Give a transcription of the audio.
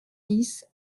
dix